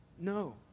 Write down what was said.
no